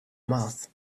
mouth